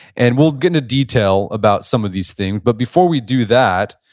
and we'll get into detail about some of these themes, but before we do that,